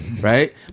right